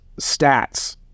stats